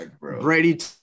Brady